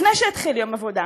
לפני שהתחיל יום העבודה: